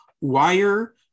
Wire